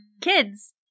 Kids